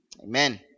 Amen